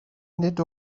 nid